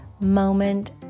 moment